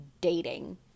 dating